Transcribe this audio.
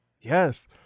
Yes